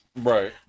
Right